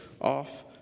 off